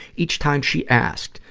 each time she asked,